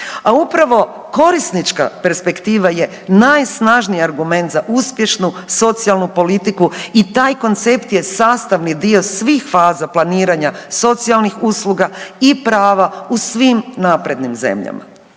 Al upravo korisnička perspektiva je najsnažniji argument za uspješnu socijalnu politiku i taj koncept je sastavni dio svih faza planiranja socijalnih usluga i prava u svim naprednim zemljama.